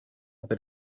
per